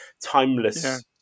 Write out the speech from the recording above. timeless